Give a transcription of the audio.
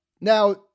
now